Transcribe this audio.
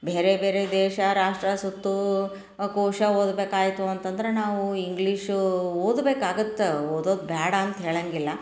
ಬೇರೆ ಬೇರೆ ದೇಶ ರಾಷ್ಟ್ರ ಸುತ್ತು ಕೋಶ ಓದಬೇಕಾಯ್ತು ಅಂತಂದ್ರೆ ನಾವೂ ಇಂಗ್ಲೀಷೂ ಓದ್ಬೇಕಾಗತ್ತೆ ಓದೋದು ಬೇಡ ಅಂತ ಹೇಳೊಂಗಿಲ್ಲ